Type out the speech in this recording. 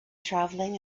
traveling